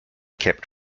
kept